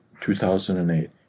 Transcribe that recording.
2008